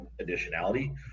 additionality